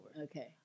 Okay